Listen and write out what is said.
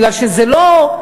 מפני שזה לא,